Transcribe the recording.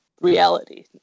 reality